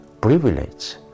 privilege